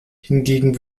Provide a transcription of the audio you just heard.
hingegen